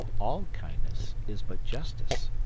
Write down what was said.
all kindness is but justice.